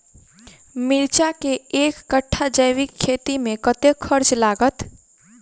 मिर्चा केँ एक कट्ठा जैविक खेती मे कतेक खर्च लागत?